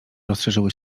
rozszerzyły